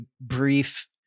brief